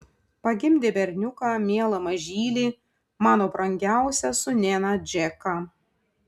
pagimdė berniuką mielą mažylį mano brangiausią sūnėną džeką